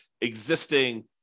existing